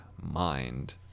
Mind